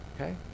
okay